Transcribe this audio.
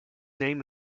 name